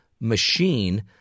machine